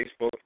Facebook